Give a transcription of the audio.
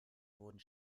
wurden